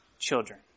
Children